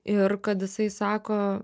ir kad jisai sako